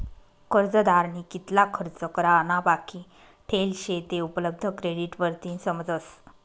कर्जदारनी कितला खर्च करा ना बाकी ठेल शे ते उपलब्ध क्रेडिट वरतीन समजस